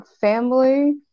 family